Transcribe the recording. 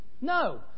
No